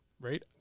right